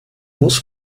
muss